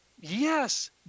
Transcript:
Yes